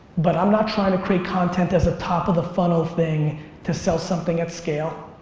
but i'm not trying to create content as top of the funnel thing to sell something at scale.